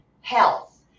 Health